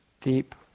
deep